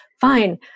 fine